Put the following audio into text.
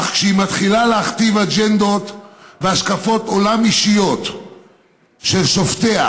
אך כשהיא מתחילה להכתיב אג'נדות והשקפות עולם אישיות של שופטיה,